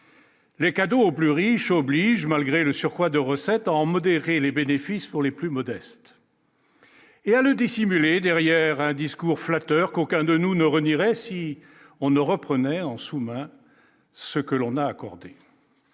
Les cadeaux aux plus riches oblige malgré le surcroît de recettes en modérer les bénéfices pour les plus modestes. Et à le dissimuler derrière un discours flatteur qu'aucun de nous ne renierait si on ne reprenait en sous-main ce que l'on a accordé